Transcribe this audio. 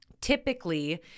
Typically